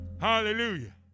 Hallelujah